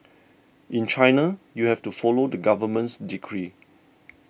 in China you have to follow the government's decree